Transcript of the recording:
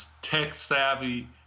tech-savvy